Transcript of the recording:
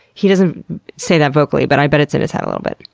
he doesn't say that vocally, but i bet it's in his head a little bit.